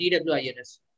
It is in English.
TWINS